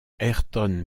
ayrton